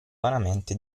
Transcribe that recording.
vanamente